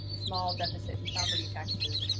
small deficit and property taxes,